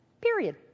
period